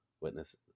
Witnesses